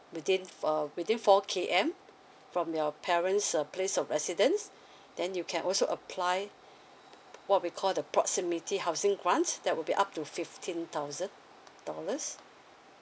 within uh within four K M from your parents place of residence then you can also apply what we called the proximity housing grants that would be up to fifteen thousand dollars